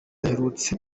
aherutse